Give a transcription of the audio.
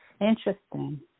Interesting